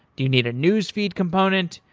you need a newsfeed component,